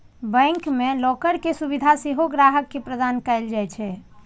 bank मे locker के सुविधा सेहो ग्राहक के प्रदान कैल जाइ छै